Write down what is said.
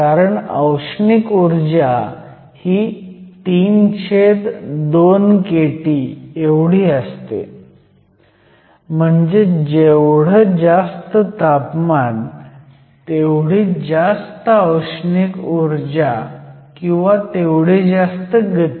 कारण औष्णिक ऊर्जा ही 32kT असते म्हणजे जेवढं जास्त तापमान तेवढी जास्त औष्णिक ऊर्जा किंवा तेवढी जास्त गती